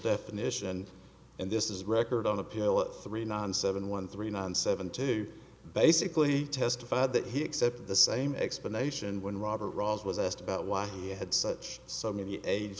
definition and this is record on appeal at three nine seven one three nine seven two basically testified that he accepted the same explanation when robert ross was asked about why he had such so